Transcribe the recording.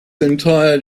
entire